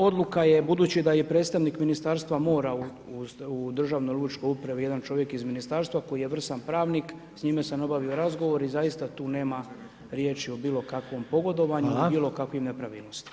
Odluka je, budući da je predstavnik Ministarstva mora u Državnoj lučkoj upravi jedan čovjek iz Ministarstva koji je vrstan pravnik, s njime sam obavio razgovor i zaista tu nema riječi o bilo kakvom pogodovanju [[Upadica Reiner: Hvala.]] i bilo kakvim nepravilnostima.